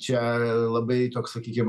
čia labai toks sakykim